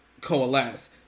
coalesce